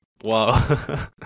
Wow